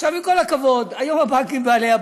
עכשיו, עם כל הכבוד, היום הבנקים הם בעלי-הבית.